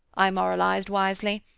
i moralized, wisely.